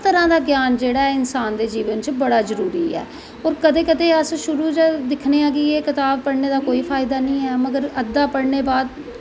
हर तरां दा ग्यान जेह्की इंसान दे जीवन च जरूरी ऐ पर कदैं कदैं अस शुरु शुरु च दिक्खनें आं कि एह् कताब पढ़नें दा कोई फायदा नी ऐ मगर अद्दा पढ़नें दे बाद